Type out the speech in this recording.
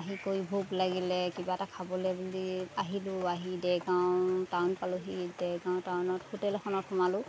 আহি কৰি ভোক লাগিলে কিবা এটা খাবলৈ বুলি আহিলোঁ আহি দেৰগাঁও টাউন পালোহি দেৰগাঁও টাউনত হোটেল এখনত সোমালোঁ